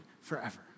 forever